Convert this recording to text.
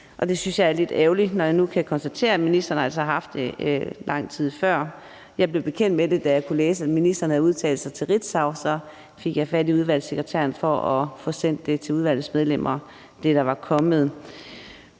det synes jeg er lidt ærgerligt, når jeg nu kan konstatere, at ministeren altså har beskæftiget sig med det lang tid før. Jeg blev bekendt med det, da jeg kunne læse, at ministeren havde udtalt sig til Ritzau, og så fik jeg fat i udvalgssekretæren for at få sendt det, der var kommet,